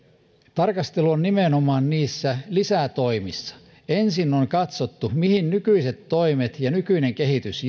tarkastelu on nimenomaan lisätoimissa ensin on katsottu mihin nykyiset toimet ja nykyinen kehitys